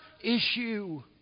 issue